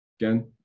again